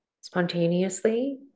spontaneously